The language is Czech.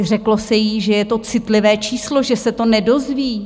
Řeklo se jí, že je to citlivé číslo, že se to nedozví.